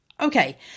Okay